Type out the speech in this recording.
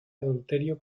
adulterio